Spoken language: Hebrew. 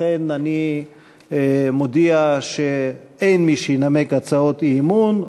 לכן אני מודיע שאין מי שינמק הצעות אי-אמון,